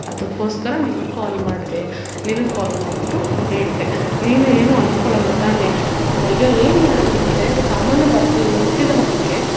ಅದಕ್ಕೋಸ್ಕರ ನಿನಗೆ ಕಾಲ್ ಮಾಡಿದೆ ನಿನಗೆ ಕಾಲ್ ಮಾಡಿಬಿಟ್ಟು ಹೇಳಿದೆ ನೀನು ಏನು ಅಂದ್ಕೊಳಲ್ಲ ತಾನೆ ಅಯ್ಯೋ ಏನು ಮಾಡೋದು ಮತ್ತೆ ತಮ್ಮನ ಬರ್ ಹುಟ್ಟಿದ ಹಬ್ಬಕ್ಕೆ